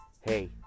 hey